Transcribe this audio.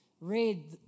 read